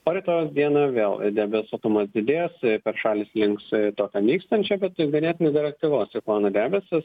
o rytojaus dieną vėl debesuotumas didės per šalį slinks tokio nykstančio bet ganėtinai dar aktyvaus ciklono debesys